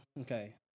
Okay